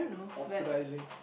oxidizing